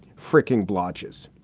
freaking blotches